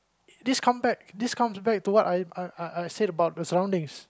this come back this comes back to what I I I said about the surroundings